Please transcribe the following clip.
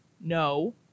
No